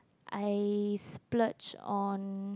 I splurge on